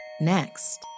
Next